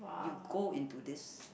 you go into this